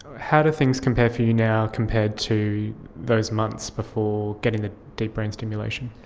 how do things compare for you now compared to those months before getting the deep brain stimulation?